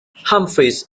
humphreys